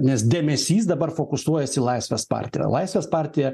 nes dėmesys dabar fokusuojasi į laisvės partija laisvės partija